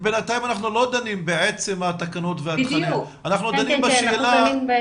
בינתיים אנחנו לא דנים בעצם התקנות וה --- אנחנו דנים בשאלה,